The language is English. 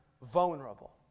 vulnerable